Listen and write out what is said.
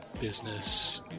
business